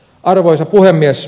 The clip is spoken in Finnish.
arvoisa puhemies